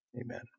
Amen